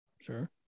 Sure